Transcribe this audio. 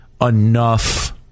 enough